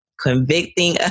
convicting